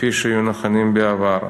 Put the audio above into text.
כפי שהיו נכונים בעבר.